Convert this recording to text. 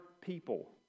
people